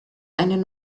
einen